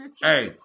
Hey